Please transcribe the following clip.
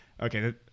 okay